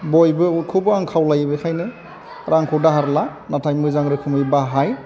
बयबोखौबो आं खावलायो बेखायनो रांखौ दाहार ला नाथाय मोजां रोखोमै बाहाय